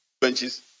Benches